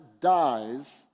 dies